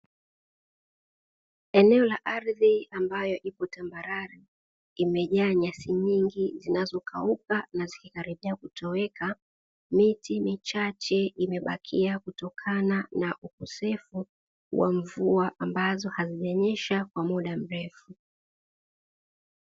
Eneo la ardhi ambayo ipo tambarare imejaa nyasi nyingi zinazokauka na zikikaribia kutoweka, miti michache imebakia kutokana na ukosefu wa mvua ambazo hazijanyesha kwa muda mrefu.